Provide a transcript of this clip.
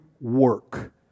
work